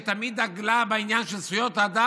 שתמיד דגלה בעניין של זכויות אדם,